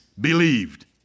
believed